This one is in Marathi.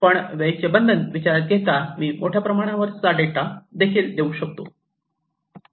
पण वेळेचे बंधन विचारात घेता मी मोठ्या प्रमाणावर चा डेटा देखील देऊ शकतो